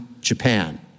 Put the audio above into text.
Japan